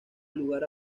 lugar